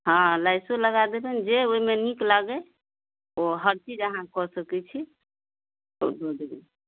हँ लैसो लगा देबै जे ओहिमे नीक लागै ओ हर चीज अहाँ कऽ सकैत छी से दऽ देबै